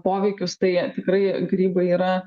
poveikius tai tikrai grybai yra